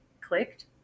clicked